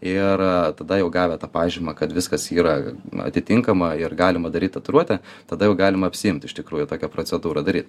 ir tada jau gavę tą pažymą kad viskas yra atitinkama ir galima daryt tatuiruotę tada jau galima apsiimt iš tikrųjų tokią procedūrą daryt